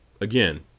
again